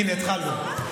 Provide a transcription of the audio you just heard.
הינה, התחלנו.